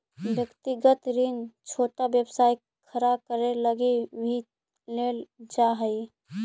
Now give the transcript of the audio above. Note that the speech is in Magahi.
व्यक्तिगत ऋण छोटा व्यवसाय खड़ा करे लगी भी लेल जा हई